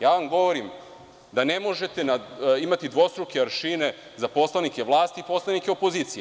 Ja vam govorim da ne možete imati dvostruke aršine za poslanike vlasti i poslanike opozicije.